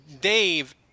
Dave